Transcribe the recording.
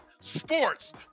sports